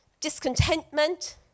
discontentment